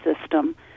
system